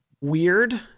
weird